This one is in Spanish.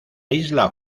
isla